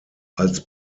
als